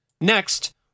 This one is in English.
Next